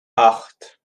acht